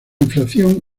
inflación